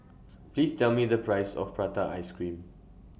Please Tell Me The Price of Prata Ice Cream